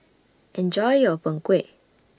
Enjoy your Png Kueh